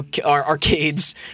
arcades